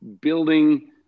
building